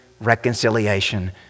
reconciliation